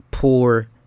Poor